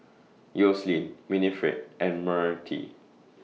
Yoselin Winnifred and Myrtie